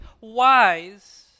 wise